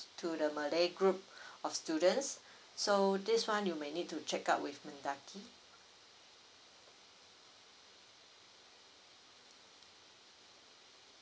to the malay group of students so this one you may need to check out with mendaki